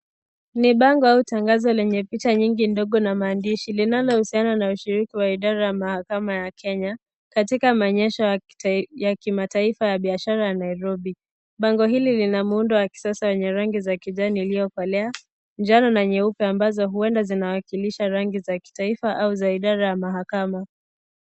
Ni bango au tangazo lenye picha nyingi ndogo na maandishi linalohusiana na ushiriki wa mahakama ya Kenya katika maenyesho ya kimataifa ya kibiashara ya Nairobi. Bango hili lina muundo wa kisasa yenye rangi za kijani iliokolea, njano na nyeupe ambazo huenda zinawakilisha rangi za kitaifa au za idara ya mahakama.